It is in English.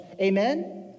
Amen